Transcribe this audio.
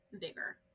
bigger